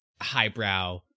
highbrow